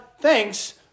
thanks